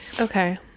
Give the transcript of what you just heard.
Okay